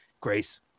Grace